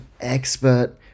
expert